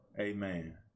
Amen